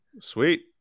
Sweet